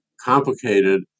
complicated